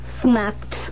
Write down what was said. snapped